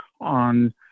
on